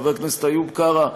חבר הכנסת איוב קרא,